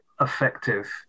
effective